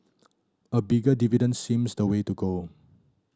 a bigger dividend seems the way to go